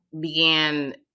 began